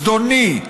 זדוני,